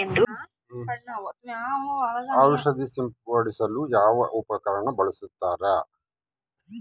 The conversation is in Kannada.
ಔಷಧಿ ಸಿಂಪಡಿಸಲು ಯಾವ ಉಪಕರಣ ಬಳಸುತ್ತಾರೆ?